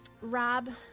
Rob